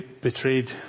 betrayed